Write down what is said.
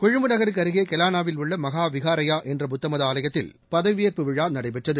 கொழும்பு நகருக்கு அருகே கெலானாவில் உள்ள மகா விகாரயா என்ற புத்தமத ஆலயத்தில் பதவியேற்பு விழா நடைபெற்றது